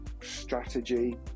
strategy